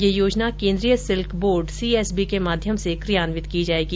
यह योजना केंद्रीय सिल्क बोर्ड सीएसबी के माध्यम से क्रियान्वित की जायेगी